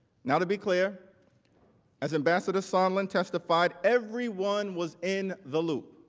now to be clear as ambassador sondland testified, everyone was in the loop.